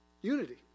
unity